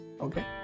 okay